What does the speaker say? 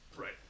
Right